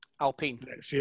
alpine